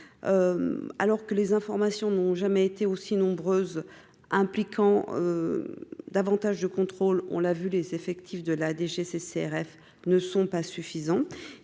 alors que les informations n'ont jamais été aussi nombreuses impliquant davantage de contrôles, on l'a vu les effectifs de la DGCCRF ne sont pas suffisants